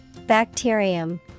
Bacterium